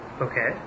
Okay